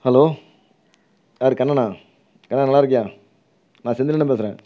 hello யார் கண்ணணா கண்ணா நல்லாயிருக்கியா நான் செந்தில் அண்ணன் பேசுகிறேன்